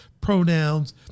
pronouns